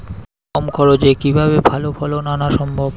কম খরচে কিভাবে ভালো ফলন আনা সম্ভব?